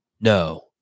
no